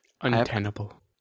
Untenable